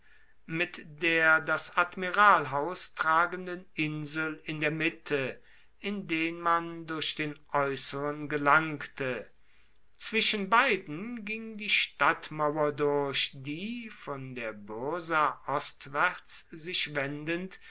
mit der das admiralhaus tragenden insel in der mitte in den man durch den äußeren gelangte zwischen beiden ging die stadtmauer durch die von der byrsa ostwärts sich wendend